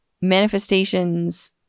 manifestations